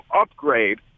upgrade